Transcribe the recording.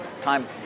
time